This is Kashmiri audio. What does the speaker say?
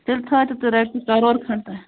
تیٚلہِ تھٲوتو تُہۍ رۅپیہِ کَرور کھنٛڈ تہٕ